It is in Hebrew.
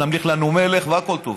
נמליך לנו מלך והכול טוב.